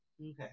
Okay